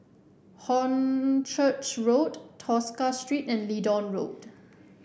Hornchurch Road Tosca Street and Leedon Road